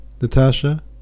Natasha